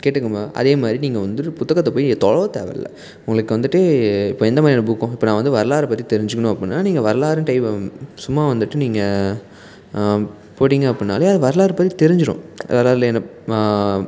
கேட்டுங்காம அதே மாதிரி நீங்கள் வந்துட்டு புத்தகத்தை போயி தொலவ தேவை இல்லை உங்களுக்கு வந்துட்டு இப்போ எந்த மாதிரியான புக்கும் இப்போ நான் வந்து வரலாறு பற்றி தெரிஞ்சிக்கணும் அப்படின்னா நீங்கள் வரலாறுன் டைப் சும்மா வந்துட்டு நீங்கள் போட்டிங்க அப்படினாலே அது வரலாறு பற்றி தெரிஞ்சிரும் வரலாறு என்ன